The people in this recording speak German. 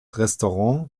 restaurant